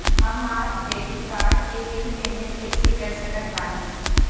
हमार credit card के bill payment कइसे कर सकत बानी?